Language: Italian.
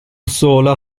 sola